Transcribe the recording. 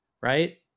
Right